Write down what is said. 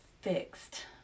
fixed